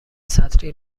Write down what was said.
سطری